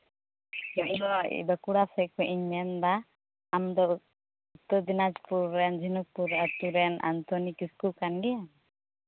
ᱤᱧ ᱦᱚᱸ ᱵᱟᱸᱠᱩᱲᱟ ᱥᱮᱫ ᱠᱷᱚᱱᱤᱧ ᱢᱮᱱᱫᱟ ᱟᱢᱫᱚ ᱩᱛᱛᱚᱨ ᱫᱤᱱᱟᱡᱽᱯᱩᱨ ᱨᱮᱱ ᱡᱷᱤᱱᱩᱠᱯᱩᱨ ᱟᱹᱛᱩ ᱨᱮᱱ ᱟᱱᱛᱷᱳᱱᱤ ᱠᱤᱥᱠᱩ ᱠᱟᱱ ᱜᱮᱭᱟᱢ